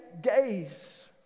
days